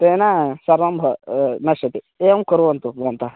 तेन सर्वं भ नश्यति एवं कुर्वन्तु भवन्तः